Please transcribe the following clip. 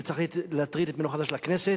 זה צריך להטריד את מנוחתה של הכנסת.